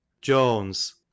Jones